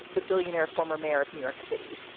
the billionaire former mayor of new york city,